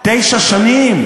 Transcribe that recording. תשע שנים?